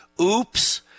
oops